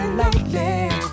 lightly